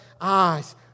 eyes